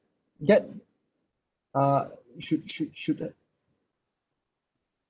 get uh should should should uh